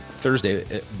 Thursday